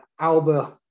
Alba